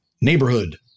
Neighborhood